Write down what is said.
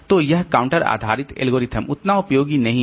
तो यह काउंटर आधारित एल्गोरिदम उतना उपयोगी नहीं है